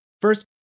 First